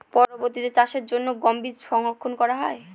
পরবর্তিতে চাষের জন্য গম বীজ সংরক্ষন করা হয়?